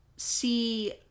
see